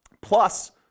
plus